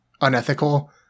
unethical